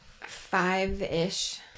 five-ish